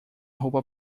roupa